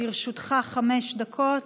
לרשותך חמש דקות.